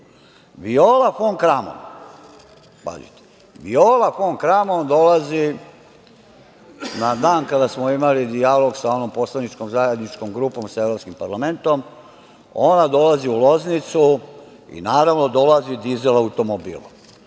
Viola fon Kramon dolazi na dan kada smo imali dijalog sa onom poslaničkom zajedničkom grupom sa Evropskim parlamentom, dolazi u Loznicu i dolazi dizel automobilom.